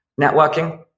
Networking